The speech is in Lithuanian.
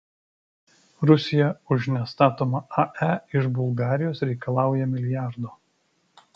rusija už nestatomą ae iš bulgarijos reikalauja milijardo